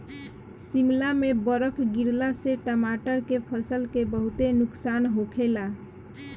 शिमला में बरफ गिरला से टमाटर के फसल के बहुते नुकसान होखेला